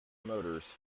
motors